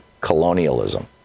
colonialism